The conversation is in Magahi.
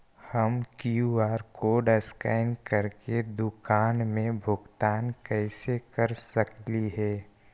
हम कियु.आर कोड स्कैन करके दुकान में भुगतान कैसे कर सकली हे?